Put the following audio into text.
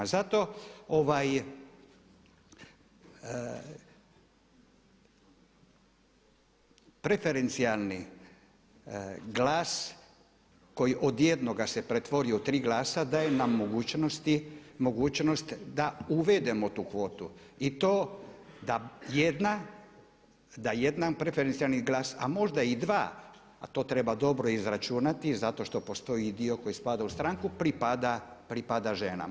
Zato preferencijalni glas koji od jednoga se pretvorio u tri glasa daje nam mogućnost da uvedemo tu kvotu i to da jedan preferencijalni glas, a možda i dva, a to treba dobro izračunati zato što postoji i dio koji spada u stranku pripada ženama.